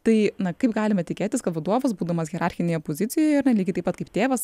tai na kaip galime tikėtis kad vaduovas būdamas hierarchinėje pozicijoje ar ne lygiai taip pat kaip tėvas